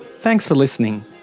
thanks for listening